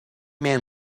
man